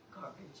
Garbage